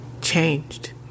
changed